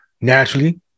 naturally